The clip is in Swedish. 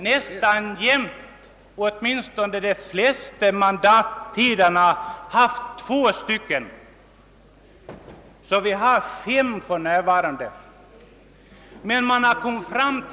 Vi har under åtminstone de flesta av mandatperioderna haft två ledamöter i första kammaren. Sammanlagt har vi alltså för närvarande fem riksdagsrepresentanter.